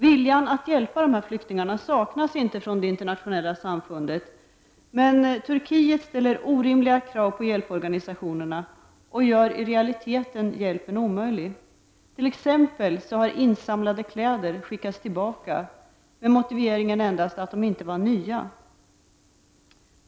Viljan att hjälpa flyktingarna saknas inte från det internationella samfundet, men Turkiet ställer orimliga krav på hjälporganisationerna och gör i realiteten hjälpen omöjlig. T.ex. har insamlade kläder skickats tillbaka med den enda motiveringen att de inte var nya.